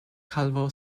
calvo